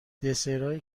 دسرایی